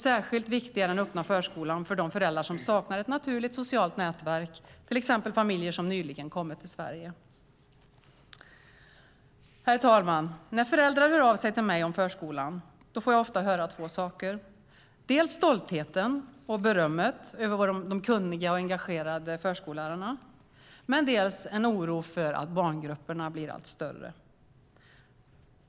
Särskilt viktig är den öppna förskolan för de föräldrar som saknar ett naturligt socialt nätverk, till exempel familjer som nyligen kommit till Sverige. Herr talman! När föräldrar hör av sig till mig om förskolan får jag ofta höra två saker, dels stolthet och beröm över de kunniga och engagerade förskollärarna, dels en oro över att barngrupperna blir allt större.